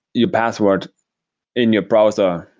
your password in your browser,